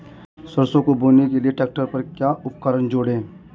सरसों को बोने के लिये ट्रैक्टर पर क्या उपकरण जोड़ें?